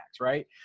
right